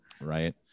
Right